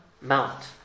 mount